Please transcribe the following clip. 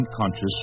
unconscious